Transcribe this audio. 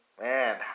Man